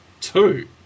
Two